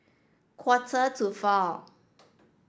quarter to four